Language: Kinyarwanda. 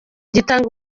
gitanga